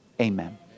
Amen